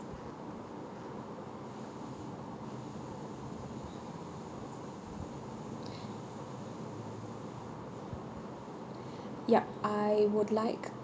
yup I would like